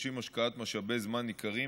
הדורשים השקעת משאבי זמן ניכרים,